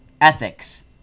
ethics